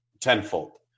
tenfold